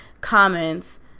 comments